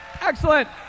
Excellent